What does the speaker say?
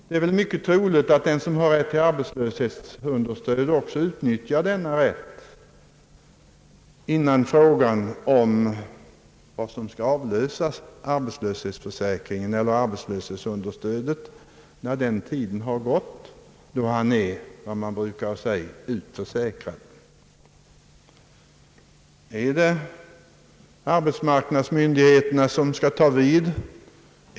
Det är mycket troligt att den som har rätt till arbetslöshetsunderstöd också utnyttjar denna rätt innan frågan blir aktuell om huruvida arbetslöshetsförsäkringen eller arbetslöshetsunderstödet skall avlösas, när den tid har gått då vederbörande är vad man brukar kalla utförsäkrad. är det arbetsmarknadsmyndigheterna, som skall ta vid?